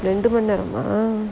ரெண்டு மணி நேரமா:rendu mani neramaa